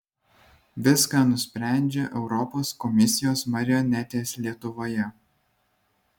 viską nusprendžia europos komisijos marionetės lietuvoje